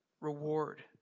reward